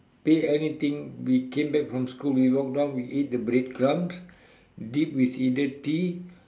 pay anything we came back from school we walk down we eat the bread crumbs dipped with either tea